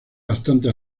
bastante